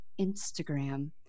Instagram